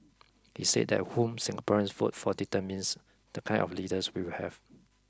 he said that whom Singaporeans vote for determines the kind of leaders we will have